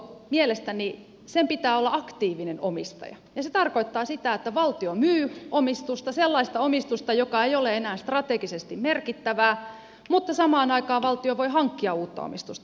mielestäni valtion pitää olla aktiivinen omistaja ja se tarkoittaa sitä että valtio myy omistusta sellaista omistusta joka ei ole enää strategisesti merkittävää mutta samaan aikaan valtio voi hankkia uutta omistusta